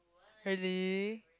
really